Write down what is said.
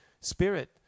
spirit